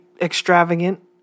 extravagant